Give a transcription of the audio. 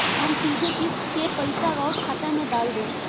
हम सीधे किस्त के पइसा राउर खाता में डाल देम?